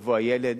יבוא הילד,